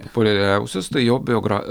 populiariausias tai jo biogra